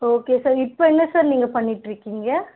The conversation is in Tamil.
ஓகே சார் இப்போ என்ன சார் நீங்கள் பண்ணிகிட்ருக்கீங்க